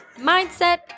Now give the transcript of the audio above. mindset